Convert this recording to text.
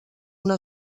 una